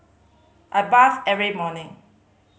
I bathe every morning